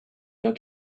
your